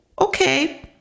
Okay